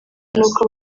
n’uko